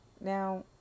Now